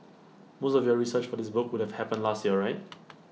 most of your research for this book would have happened last year right